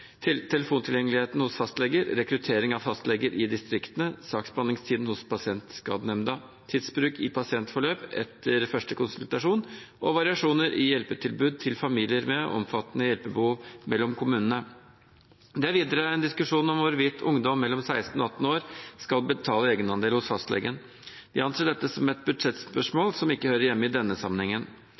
telefontilgjengeligheten hos fastleger, rekrutteringen av fastleger i distriktene, saksbehandlingstiden hos Pasientskadenemnda, tidsbruken i pasientforløp etter første konsultasjon og variasjoner mellom kommunene i hjelpetilbudet til familier med omfattende hjelpebehov. Det er videre en diskusjon om hvorvidt ungdom mellom 16 og 18 år skal betale egenandel hos fastlegen. Vi anser dette som et budsjettspørsmål som ikke hører hjemme i denne sammenhengen.